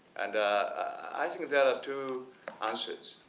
and i think there are two answers.